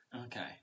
Okay